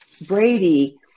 Brady